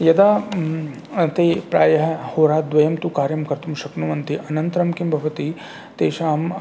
यदा ते प्रायः होराद्वयं तु कार्यं कर्तुं शक्नुवन्ति अनन्तरं किं भवति तेषां